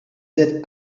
that